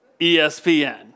ESPN